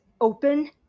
open